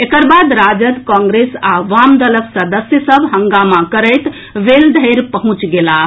एकर बाद राजद कांग्रेस आ वाम दलक सदस्य सभ हंगामा करैत वेल धरि पहुंचि गेलाह